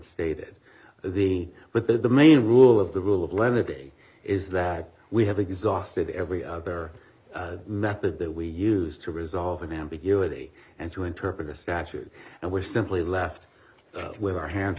stated the but the main rule of the rule of lenity is that we have exhausted every other method that we use to resolve ambiguity and to interpret the statute and we're simply left with our hands